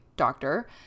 doctor